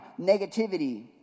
negativity